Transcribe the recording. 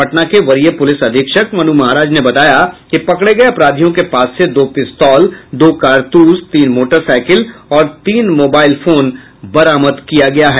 पटना के वरीय पुलिस अधीक्षक मनु महाराज ने बताया कि पकड़े गये अपराधियों के पास से दो पिस्तौल दो कारतूस तीन मोटरसाइकिल और तीन मोबाइल फोन बरामद किया गया है